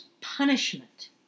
punishment